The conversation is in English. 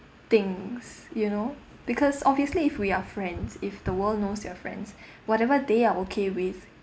things you know because obviously if we are friends if the world knows you are friends whatever they are okay with